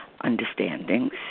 understandings